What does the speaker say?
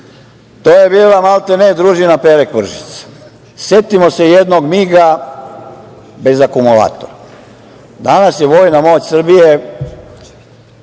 To je bila maltene družina Pere Kvržice. Setimo se jednog MIG-a bez akumulatora. Danas je vojna moć Srbije